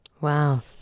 Wow